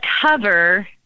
cover